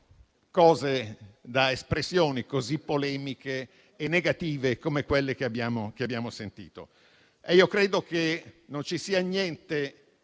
da espressioni così polemiche e negative come quelle che abbiamo sentito? Credo che non ci sia niente